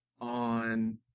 on